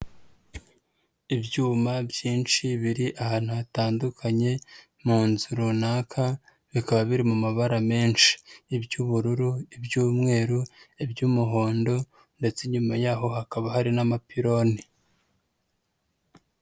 Ibyuma byinshi biri ahantu hatandukanye mu nzu runaka bikaba biri mu mabara menshi, iby'ubururu, iby'umweru, iby'umuhondo ndetse inyuma yaho hakaba hari n'amapironi.